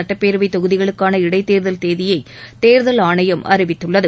சுட்டப்பேரவை தொகுதிகளுக்கான இடைத்தோதல் தேதியை தேர்தல் ஆணையம் அறிவித்குள்ளது